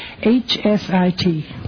H-S-I-T